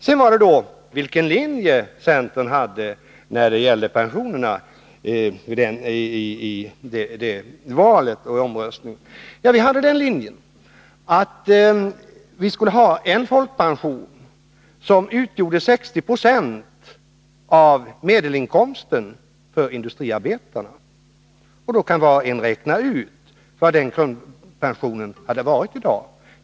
Sedan gäller det frågan om centerns linje i fråga om pensionerna i det valet och den omröstningen. Vi företrädde den linjen att vi skulle ha en folkpension som utgjorde 60 96 av medelinkomsten för industriarbetarna. Då kan var och en räkna ut hur stor den pensionen hade varit i dag.